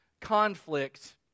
conflict